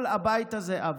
כל הבית הזה עבד.